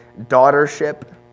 daughtership